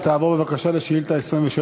תעבור בבקשה לשאילתה 23,